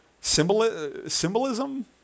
symbolism